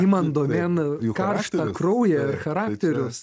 imant domėn karštą kraują ir charakterius